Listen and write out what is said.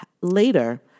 later